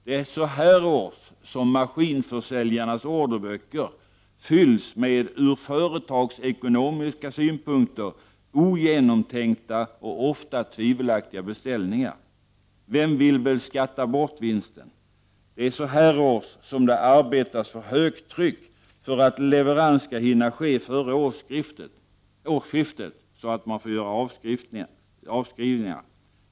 Det är så här års som maskinförsäljarnas orderböcker fylls med ur företagsekonomiska synpunkter ogenomtänkta och ofta tvivelaktiga beställningar. Vem vill väl skatta bort vinsten? Det är så här års som det arbetas för högtryck för att leverans skall hinna ske före årsskiftet, så att man får göra avskrivningar.